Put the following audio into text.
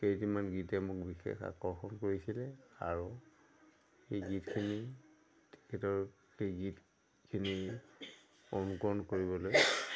কেইটিমান গীতে মোক বিশেষ আকৰ্ষণ কৰিছিলে আৰু সেই গীতখিনি তেখেতৰ সেই গীতখিনি অনুকৰণ কৰিবলৈ